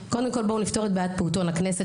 בואו נפתור את בעיית פעוטון הכנסת,